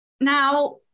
Now